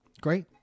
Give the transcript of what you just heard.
Great